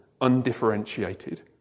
undifferentiated